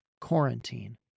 quarantine